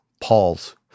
Paul's